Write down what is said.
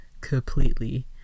completely